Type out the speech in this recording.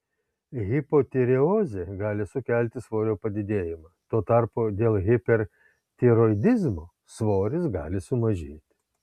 hipotireozė gali sukelti svorio padidėjimą tuo tarpu dėl hipertiroidizmo svoris gali sumažėti